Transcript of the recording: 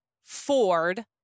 Ford